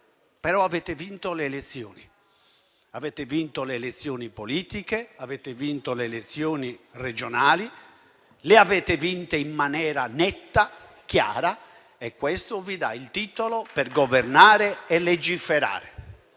Però avete vinto le elezioni, avete vinto le elezioni politiche e le regionali, le avete vinte in maniera netta, chiara e questo vi dà il titolo per governare e legiferare.